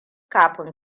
kafin